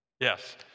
Yes